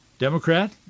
Democrat